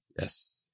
Yes